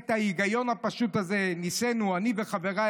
"את ההיגיון הפשוט הזה ניסינו אני וחבריי